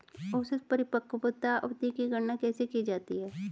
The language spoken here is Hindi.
औसत परिपक्वता अवधि की गणना कैसे की जाती है?